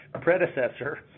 predecessor